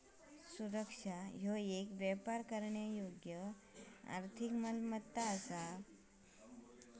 सुरक्षा ह्यो येक व्यापार करण्यायोग्य आर्थिक मालमत्ता असा